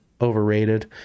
overrated